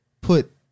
put